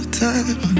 time